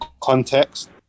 context